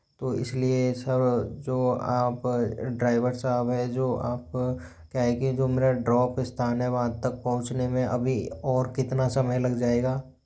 तो इसलिए सर जो आप ड्राइवर साहब हैं जो आप क्या है कि जो मेरा ड्रॉप स्थान है वहाँ तक पहुंचने में अभी और कितना समय लग जाएगा